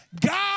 God